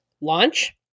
launch